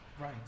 Right